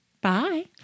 bye